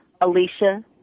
Alicia